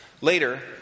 Later